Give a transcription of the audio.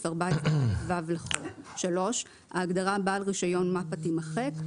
14ד(ו) לחוק,"; ההגדרה "בעל רישיון מפ"א" תימחק,